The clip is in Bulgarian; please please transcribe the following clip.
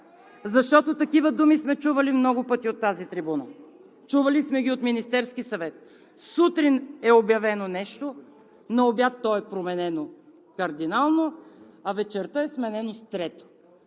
защото такива думи сме чували много пъти от тази трибуна, чували сме ги от Министерския съвет. Сутрин е обявено нещо, на обяд то е променено кардинално, а вечерта е сменено с трето.